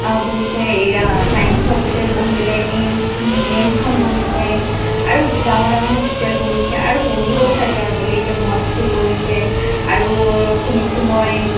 বহিছে ইয়াত times hospital বহিলে এইমচ্ নেইমচ্খন বহিছে আৰু ডাঙৰ ডাঙৰ হস্পিটেল বহিছে আৰু বহিবও চাগে আগলৈ এতিয়া মলচবোৰ বহিছে আৰু শুনিছোঁ মই